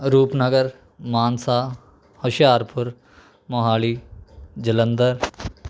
Rupnagar Mansa Hoshiarpur Mohali Jalandhar